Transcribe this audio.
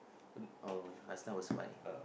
oh last time was white